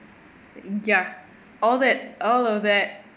ya all that all of that